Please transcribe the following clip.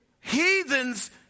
Heathens